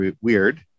weird